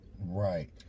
Right